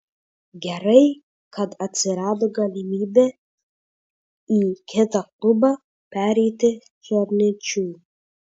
gerai kad atsirado galimybė į kitą klubą pereiti černychui